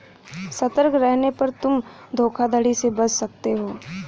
सतर्क रहने पर तुम धोखाधड़ी से बच सकते हो